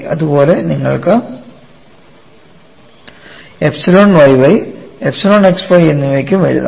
അതുപോലെ നിങ്ങൾക്ക് epsilon y y epsilon x y എന്നിവയ്ക്കും എഴുതാം